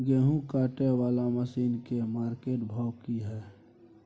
गेहूं काटय वाला मसीन के मार्केट भाव की हय?